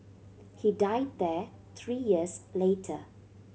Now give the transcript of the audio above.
he died there three years later